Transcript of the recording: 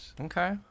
Okay